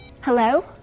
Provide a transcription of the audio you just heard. Hello